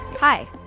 Hi